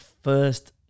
first